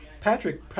Patrick